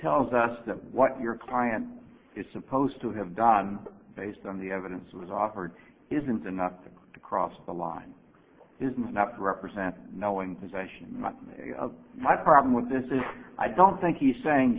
tells us that what your client is supposed to have done based on the evidence was offered isn't enough to cross the line is not to represent knowing possession my problem with this is i don't think he's saying